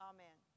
Amen